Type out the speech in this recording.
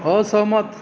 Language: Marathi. असहमत